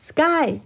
Sky